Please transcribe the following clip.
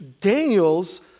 Daniel's